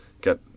get